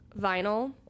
vinyl